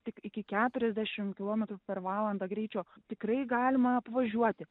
tik iki keturiasdešim kilometrų per valandą greičio tikrai galima apvažiuoti